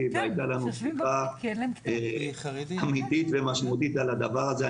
והייתה לנו שיחה אמיתית ומשמעותית על הדבר הזה.